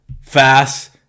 fast